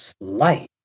light